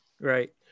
right